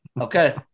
okay